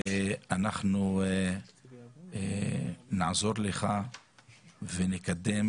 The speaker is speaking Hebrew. אנחנו נעזור לך ונקדם